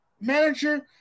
manager